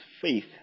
faith